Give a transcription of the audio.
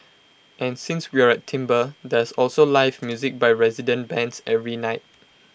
and since we're s there's also live music by resident bands every night